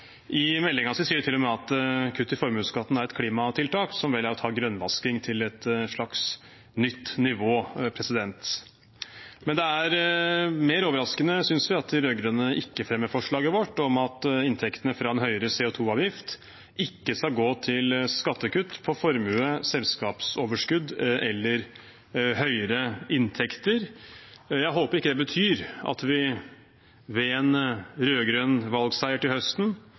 sier de til og med at kutt i formuesskatten er et klimatiltak, som vel er å ta grønnvasking til et nytt nivå. Det er mer overraskende, synes vi, at de rød-grønne ikke støtter forslaget vårt om at inntektene fra en høyere CO 2 -avgift ikke skal gå til skattekutt på formue, selskapsoverskudd eller høye inntekter. Jeg håper ikke det betyr at vi ved en rød-grønn valgseier til høsten,